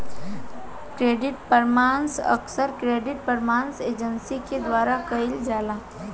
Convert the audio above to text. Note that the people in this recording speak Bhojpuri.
क्रेडिट परामर्श अक्सर क्रेडिट परामर्श एजेंसी के द्वारा कईल जाला